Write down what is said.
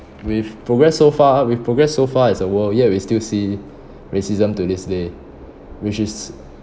we've progress so far we've progress so far as a world yet we still see racism to this day which is